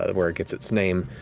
ah where it gets its name,